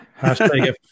Hashtag